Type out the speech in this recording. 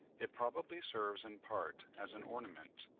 it probably serves in part as an ornament,